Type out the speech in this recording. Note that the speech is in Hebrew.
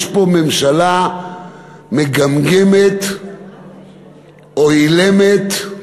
יש פה ממשלה מגמגמת או אילמת,